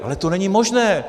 Ale to není možné.